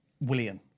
William